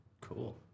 cool